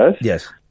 Yes